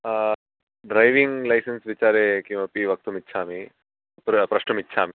driving licence विचारे किमपि वक्तुमिच्छामि प्र प्रष्टुमिच्छामि